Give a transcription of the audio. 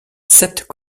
sept